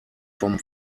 vom